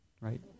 right